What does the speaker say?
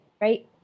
right